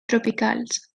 tropicals